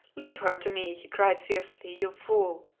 leave her to me, he cried fiercely. you fool,